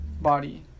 body